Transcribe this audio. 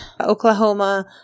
Oklahoma